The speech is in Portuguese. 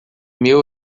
meu